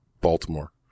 Baltimore